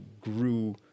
grew